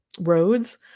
roads